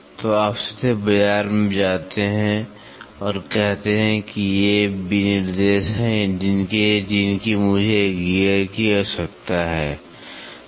तो आप सीधे बाजार में जाते हैं और कहते हैं कि ये वे विनिर्देश हैं जिनकी मुझे एक गियर की आवश्यकता है